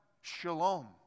shalom